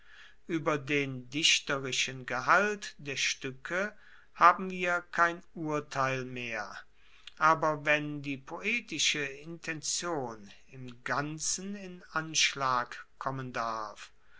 ueber den dichterischen gehalt der stuecke haben wir kein urteil mehr aber wenn die poetische intention im ganzen in anschlag kommen darf